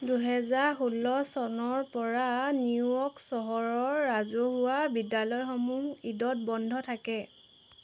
দুহেজাৰ ষোল্ল চনৰপৰা নিউ য়ৰ্ক চহৰৰ ৰাজহুৱা বিদ্যালয়সমূহো ঈদত বন্ধ থাকে